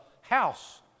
house